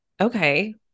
Okay